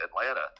Atlanta